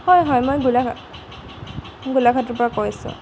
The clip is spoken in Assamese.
হয় হয় মই গোলাঘাট গোলাঘাটৰপৰা কৈ আছো